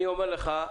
אני אומר לך,